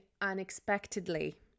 unexpectedly